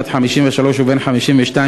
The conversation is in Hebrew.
בת 53 ובן 52,